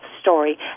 story